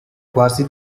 quasi